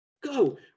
Go